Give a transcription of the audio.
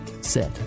set